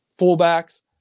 fullbacks